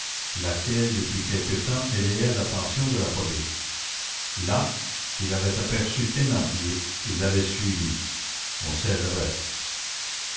laquelle depuis quelque temps éveillait l'attention de la police là il avait aperçu thénardier et l'avait suivi on sait le reste